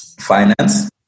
finance